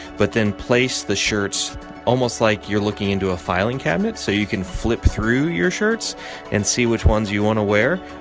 but then place the shirts almost like you're looking into a filing cabinet, so you can flip through your shirts and see which ones you want to wear,